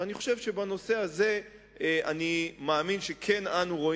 אני חושב ומאמין שבנושא הזה אנו כן רואים